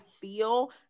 feel